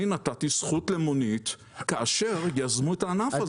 אני נתתי זכות למונית כאשר יזמו את הענף הזה.